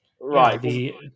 Right